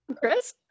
Chris